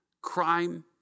crime